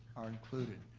are included.